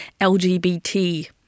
LGBT